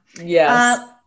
Yes